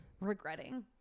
regretting